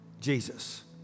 Jesus